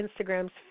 Instagram's